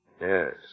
Yes